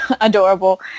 adorable